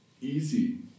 easy